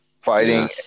fighting